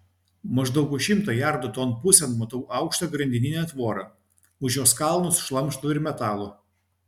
maždaug už šimto jardų ton pusėn matau aukštą grandininę tvorą už jos kalnus šlamšto ir metalo